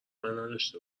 نداشته